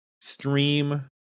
stream